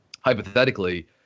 hypothetically